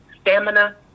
stamina